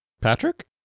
Patrick